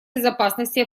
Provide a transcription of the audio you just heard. безопасности